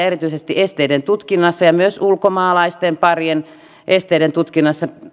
erityisesti esteiden tutkinnassa ja myös ulkomaalaisten parien esteiden tutkinnassa